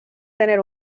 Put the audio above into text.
tener